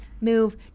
move